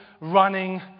running